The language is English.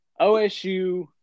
OSU